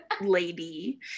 lady